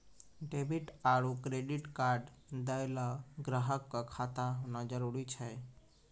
debit आरू credit card दैय ल ग्राहक क खाता होना जरूरी छै